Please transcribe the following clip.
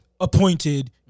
appointed